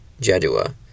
Jadua